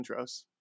intros